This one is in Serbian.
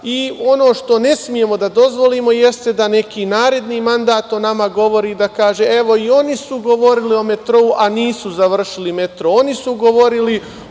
Ono što ne smemo da dozvolimo jeste da neki naredni mandat o nama govori i kažu – evo, i oni su govorili i nisu završili metro,